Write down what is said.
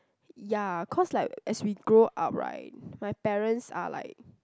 ya cause like as we grow up right my parents are like